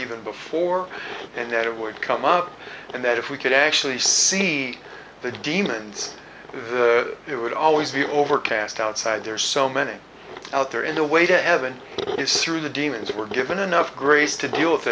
even before and that it would come up and that if we could actually see the demons it would always be overcast outside there's so many out there in the way to heaven is through the demons were given enough grace to d